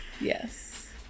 yes